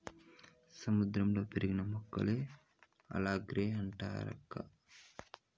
సముద్రంలో పెరిగిన పాసి మొక్కలకే ఆల్గే లంటారక్కా